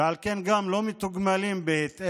ועל כן גם לא מתוגמלים בהתאם,